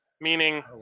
meaning